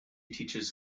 teaches